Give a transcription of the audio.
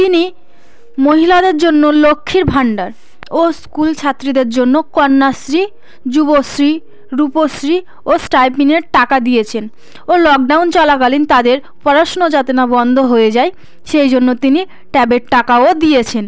তিনি মহিলাদের জন্য লক্ষ্মীর ভাণ্ডার ও স্কুল ছাত্রীদের জন্য কন্যাশ্রী যুবশ্রী রূপশ্রী ও স্টাইপেণ্ডের টাকা দিয়েছেন ও লকডাউন চলাকালীন তাদের পড়াশুনো যাতে না বন্ধ হয়ে যায় সেই জন্য তিনি ট্যাবের টাকাও দিয়েছেন